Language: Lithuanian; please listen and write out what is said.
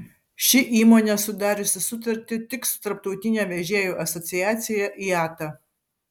ši įmonė sudariusi sutartį tik su tarptautine vežėjų asociacija iata